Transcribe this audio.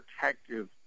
protective